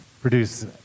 produce